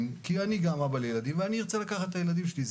כמו שאני אבא לילדים וארצה לקחת את הילדים שלי,